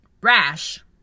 rash